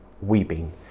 weeping